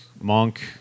Monk